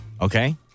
Okay